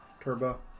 turbo